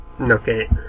Okay